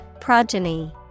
Progeny